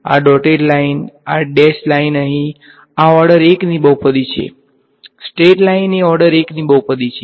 આ dotted line આ dash line અહીં આ ઓર્ડર ૧ ની બહુપદી છે સ્ટ્રેઈટ લાઈન એ ઓર્ડર ૧ ની બહુપદી છે